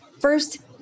First